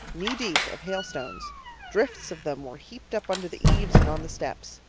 knee deep, of hailstones drifts of them were heaped up under the eaves and on the steps.